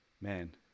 man